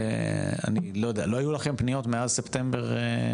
לא היו לכם פניות מאז ספטמבר?